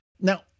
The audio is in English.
Now